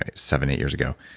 ah seven, eight years ago.